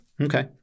Okay